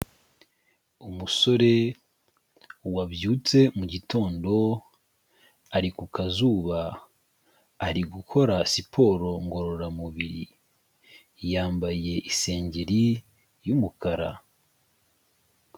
Umusore wabyutse mu mugitondo ari ku kazuba, ari gukora siporo ngororamubiri, yambaye isengeri y'umukara.